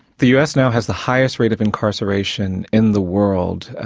the us now has the highest rate of incarceration in the world.